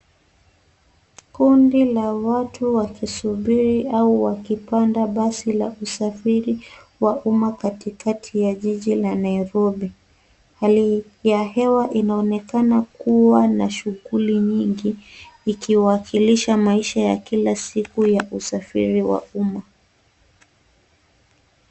Kundi la watu wakisuburi au wakipanda basi la usafiri wa umma Katikati ya jiji la Nairobi, hali ya hewa inaonekana kuwa na shughuli nyingi ikiwakilisha maisha ya kila siku ya usafiri ya umma.